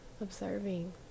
observing